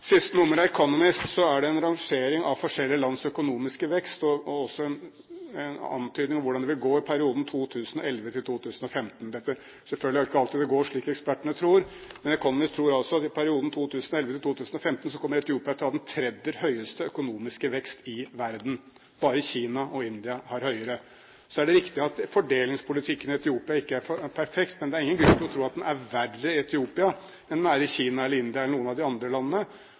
nummer av The Economist er det en rangering av forskjellige lands økonomiske vekst, og også en antydning om hvordan det vil gå i perioden 2011–2015. Selvfølgelig er det ikke alltid det går slik ekspertene tror, men The Economist tror altså at i perioden 2011–2015 kommer Etiopia til å ha den tredje høyeste økonomiske vekst i verden. Bare Kina og India vil ha høyere. Så er det riktig at fordelingspolitikken i Etiopia ikke er perfekt, men det er ingen grunn til å tro at den er verre i Etiopia enn den er i Kina eller India eller noen av de andre landene.